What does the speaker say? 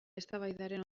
eztabaidaren